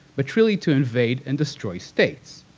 but really to invade and destroy states.